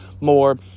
more